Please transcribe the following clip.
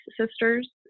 sisters